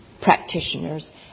practitioners